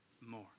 more